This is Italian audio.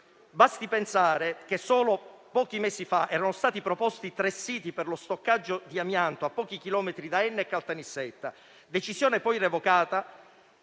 Basti pensare che solo pochi mesi fa erano stati proposti tre siti per lo stoccaggio di amianto, a pochi chilometri da Enna e Caltanissetta, decisione poi revocata.